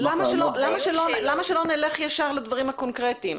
למה שלא נלך ישר לדברים הקונקרטיים?